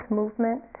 movement